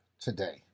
today